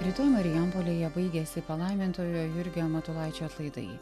rytoj marijampolėje baigiasi palaimintojo jurgio matulaičio atlaidai